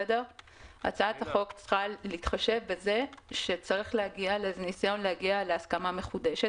הצעת החוק צריכה להתחשב בכך שצריך לעשות ניסיון להגיע להסכמה מחודשת.